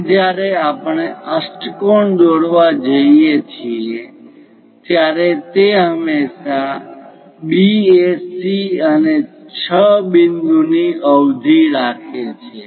હવે જ્યારે આપણે અષ્ટકોણ દોરવા જઈએ છીએ ત્યારે તે હંમેશાં B A Cઅને 6 બિંદુની અવધિ રાખે છે